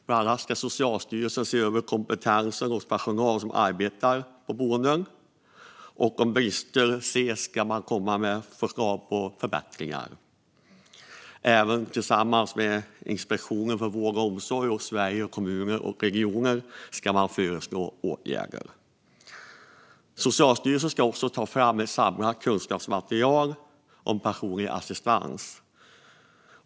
Bland annat ska Socialstyrelsen se över kompetensen hos personal som arbetar på boendena. Om brister ses ska man komma in med förslag på förbättringar. Man ska även tillsammans med Inspektionen för vård och omsorg och Sveriges Kommuner och Regioner föreslå åtgärder. Socialstyrelsen ska också ta fram ett samlat kunskapsmaterial om personlig assistans.